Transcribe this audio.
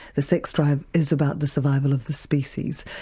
the sex drive is about the survival of the species.